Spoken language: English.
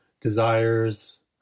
desires